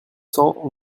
cents